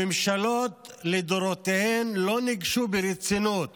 הממשלות לדורותיהן לא ניגשו ברצינות